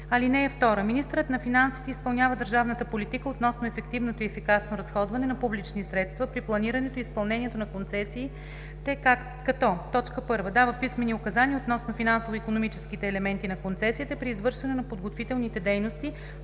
(2) Министърът на финансите изпълнява държавната политика относно ефективното и ефикасното разходване на публични средства при планирането и изпълнението на концесиите, като: 1. дава писмени указания относно финансово-икономическите елементи на концесията при извършване на подготвителните дейности